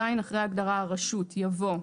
(ז) אחרי הגדרה "הרשות" יבוא,